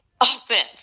offense